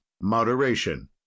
moderation